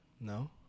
No